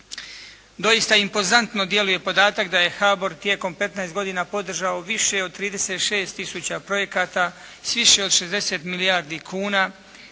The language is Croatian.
Doista impozantno djeluje podatak HBOR-a tijekom 15 godina podržao više od 36 tisuća projekata s više od 60 milijardi kuna,